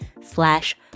slash